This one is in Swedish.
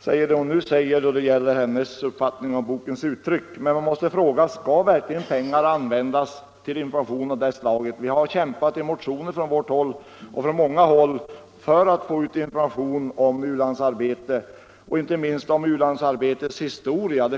säger det hon nu sagt då det gäller hennes uppfattning om bokens uttryck. Men man måste fråga: Skall verkligen pengar användas till information av det här slaget? Vi har kämpat i motioner från vårt håll — och det har man gjort från många håll — för att få ut information om u-landsarbete och inte minst om u-landsarbetets historia.